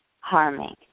harming